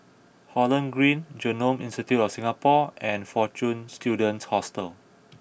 Holland Green Genome Institute of Singapore and Fortune Students Hostel